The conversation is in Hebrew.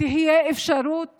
תהיה אפשרות